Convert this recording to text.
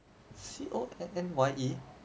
C O N N Y E